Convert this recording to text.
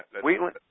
Wheatland